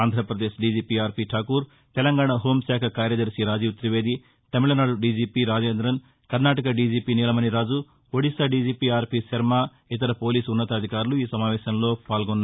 Andhra Pradesh DGP RP Thakur Telangana హోంశాఖ కార్యదర్శి Rajiv తివేది Tamil Nadu డీజీపి రాజేందన్ Karnataka డీజీపి నీలమణిరాజు Odisha DGP RP Sharma ఇతర పోలీసు ఉన్నతాధికారులు ఈ సమావేశంలో పాల్గొన్నారు